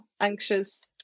anxious